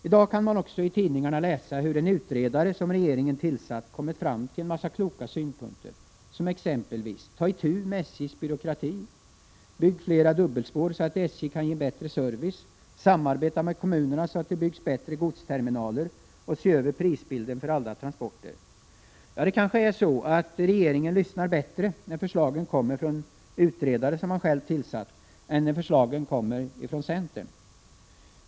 I dag kan vi också i tidningarna läsa hur en utredare som regeringen tillsatt kommit fram till en massa kloka synpunkter, exempelvis: Ta itu med SJ:s byråkrati! Bygg flera dubbelspår så att SJ kan ge bättre service! Samarbeta med kommunerna så att det byggs bättre godsterminaler, och se över prisbilden för alla transporter! Kanske regeringen lyssnar bättre när förslagen kommer från en utredare som den själv har tillsatt än när förslagen kommer från centern.